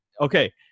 okay